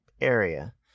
area